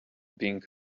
being